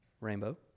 Rainbow